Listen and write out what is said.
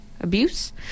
abuse